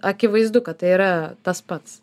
akivaizdu kad tai yra tas pats